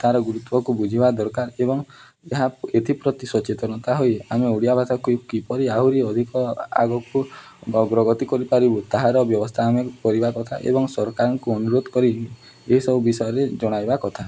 ତା'ର ଗୁରୁତ୍ୱକୁ ବୁଝିବା ଦରକାର ଏବଂ ଏହା ଏଥିପ୍ରତି ସଚେତନତା ହୋଇ ଆମେ ଓଡ଼ିଆ ଭାଷାକୁ କିପରି ଆହୁରି ଅଧିକ ଆଗକୁ ଅଗ୍ରଗତି କରିପାରିବୁ ତାହାର ବ୍ୟବସ୍ଥା ଆମେ ପର କଥା ଏବଂ ସରକାରଙ୍କୁ ଅନୁରୋଧ କରି ଏସବୁ ବିଷୟରେ ଜଣାଇବା କଥା